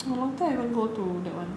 I long time never go to that one